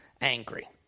angry